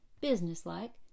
business-like